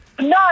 No